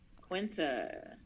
Quinta